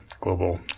global